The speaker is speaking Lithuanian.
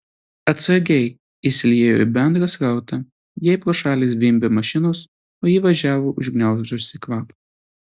atsargiai įsiliejo į bendrą srautą jai pro šalį zvimbė mašinos o ji važiavo užgniaužusi kvapą